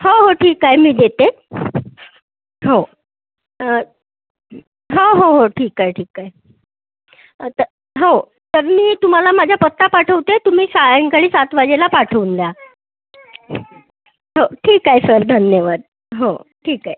हो हो ठीक आहे मी देते हो हो हो हो ठीक आहे ठीक आहे तर हो तर मी तुम्हाला माझा पत्ता पाठवते तुम्ही सायंकाळी सात वाजेला पाठवून द्या हो ठीक आहे सर धन्यवाद हो ठीक आहे